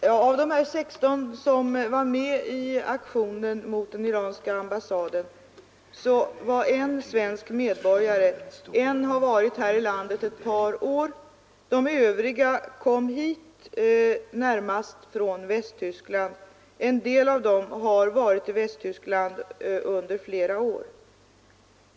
Herr talman! Av de 16 studenter som deltog i aktionen mot den iranska ambassaden var en svensk medborgare, en har varit här i landet ett par år och de övriga kom hit närmast från Västtyskland. En del av dessa har varit i Västtyskland under flera år.